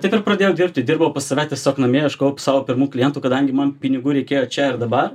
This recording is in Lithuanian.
taip ir pradėjau dirbti dirbau pas save tiesiog namie ieškojau savo pirmų klientų kadangi man pinigų reikėjo čia ir dabar